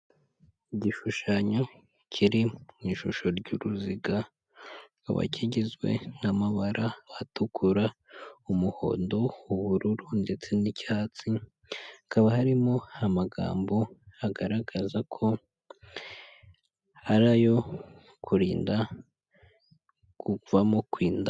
Igishushanyo kiri mu ishusho ry'uruzigaba, kikaba kigizwe n'amabara atukura, umuhondo, ubururu ndetse n'icyatsi, hakaba harimo amagambo agaragaza ko ari ayo kurinda kuvaamo kw'inda.